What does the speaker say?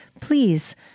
please